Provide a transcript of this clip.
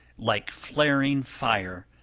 like flaring fire,